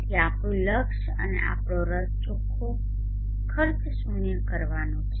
તેથી આપણું લક્ષ્ય અને આપણો રસ ચોખ્ખો ખર્ચ શૂન્ય કરવાનો છે